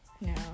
no